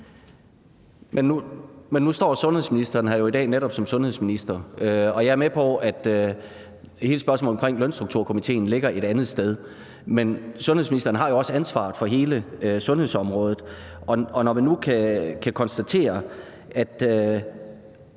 Men nu står sundhedsministeren her jo i dag netop som sundhedsminister. Jeg er med på, at hele spørgsmålet om Lønstrukturkomitéen ligger et andet sted. Men sundhedsministeren har jo ansvaret for hele sundhedsområdet, og når vi nu kan konstatere, at